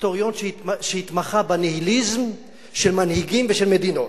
היסטוריון שהתמחה בניהיליזם של מנהיגים ושל מדינות,